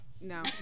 No